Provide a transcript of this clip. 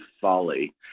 folly